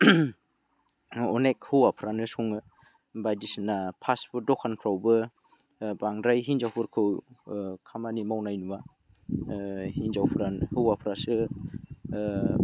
अनेख हौवाफ्रानो सङो बायदिसिना फास्ट फुड दखानफ्रावबो बांद्राय हिनजावफोरखौ खामानि मावनाय नुआ हिनजावफ्रा हौवाफ्रासो